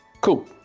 Cool